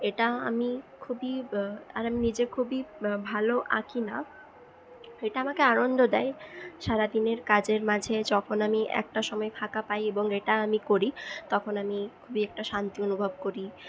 এটা আমি খুবই বা আর আমি নিজে খুবই ভালো আঁকি না এটা আমাকে আনন্দ দেয় সারাদিনের কাজের মাঝে যখন আমি একটা সময় ফাঁকা পাই এবং এটা আমি করি তখন আমি খুবই একটা শান্তি অনুভব করি